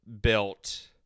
built